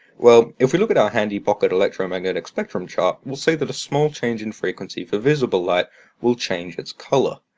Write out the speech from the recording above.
well, if we look at our handy pocket electromagnetic spectrum chart, we'll see that a small change in frequency for visible light will change its colour.